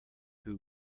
who